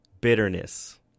bitterness